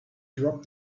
dropped